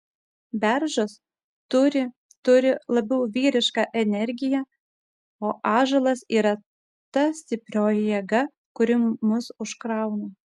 beržas turi turi labiau vyrišką energiją o ąžuolas yra ta stiprioji jėga kuri mus užkrauna